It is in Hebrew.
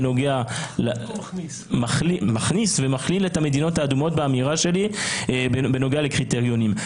שבאמירה שלי אני מכניס וכולל את המדינות האדומות בנוגע לקריטריונים.